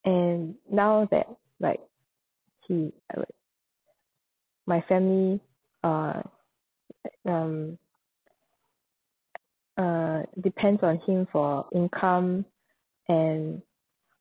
and now that like he my family uh um uh depends on him for income and